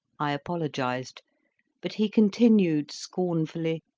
i apologised but he continued scornfully,